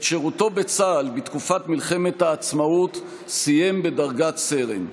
את שירותו בצה"ל בתקופת מלחמת העצמאות סיים בדרגת סרן.